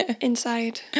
Inside